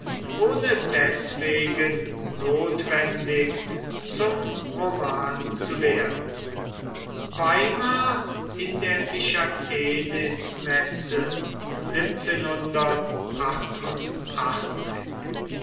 ohne deßwegen nothwendig zum roman zu werden weimar in der michaelismesse